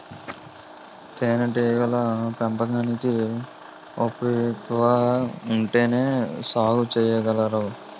తేనేటీగల పెంపకానికి ఓపికెక్కువ ఉంటేనే సాగు సెయ్యగలంరా